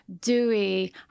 dewy